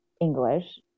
English